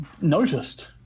noticed